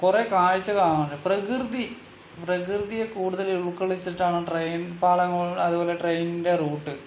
കുറേ കാഴ്ച കാണാൻ പ്രകൃതി പ്രകൃതിയെ കൂടുതൽ ഉൾക്കൊള്ളിച്ചിട്ടാണ് ട്രെയിൻ പാളങ്ങൾ അതുപോലെ ട്രെയിനിൻ്റെ റൂട്ട്